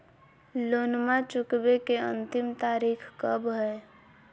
लोनमा चुकबे के अंतिम तारीख कब हय?